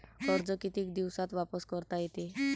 कर्ज कितीक दिवसात वापस करता येते?